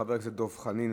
חבר הכנסת דב חנין,